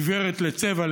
עיוורת לצבע,